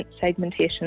segmentation